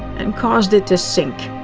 and caused it to sink.